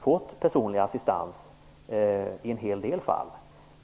fått personlig assistans i en hel del fall.